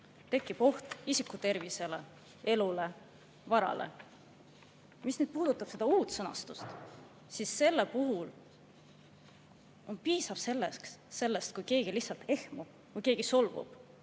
tekib oht isiku tervisele, elule, varale. Mis puudutab uut sõnastust, siis selle puhul piisab sellest, kui keegi lihtsalt ehmub, solvub,